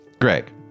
Greg